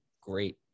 Great